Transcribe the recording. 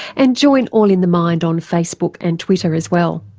and join all in the mind on face book and twitter as well.